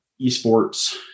esports